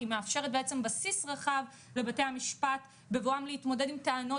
היא מאפשרת בעצם בסיס רחב לבתי המשפט בבואם להתמודד עם טענות